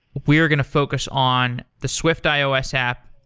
we're going to focus on the swift ios app,